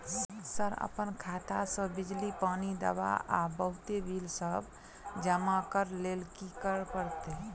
Sir अप्पन खाता सऽ बिजली, पानि, दवा आ बहुते बिल सब जमा करऽ लैल की करऽ परतै?